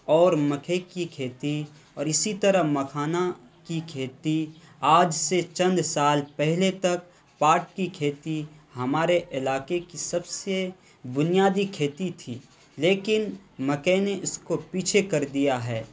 اور مکے کی کھیتی اور اسی طرح مکھانا کی کھیتی آج سے چند سال پہلے تک پاٹ کی کھیتی ہمارے علاقے کی سب سے بنیادی کھیتی تھی لیکن مکئی نے اس کو پیچھے کر دیا ہے